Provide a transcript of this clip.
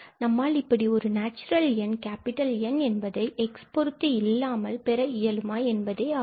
நம்மால் இப்படி ஒரு நேச்சுரல் எண் N x என்பதை பொறுத்து இல்லாமல் பெற இயலுமா என்பதே ஆகும்